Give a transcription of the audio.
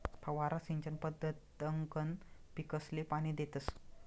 फवारा सिंचन पद्धतकंन पीकसले पाणी देतस